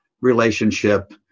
relationship